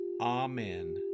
Amen